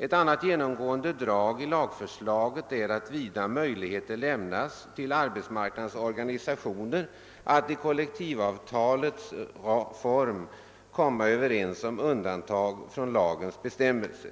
Ett annat genomgående drag i lag förslaget är att vida möjligheter lämnats till arbetsmarknadens organisationer att i kollektivavtalets form komma överens om undantag från lagens bestämmelser.